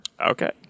okay